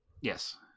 Yes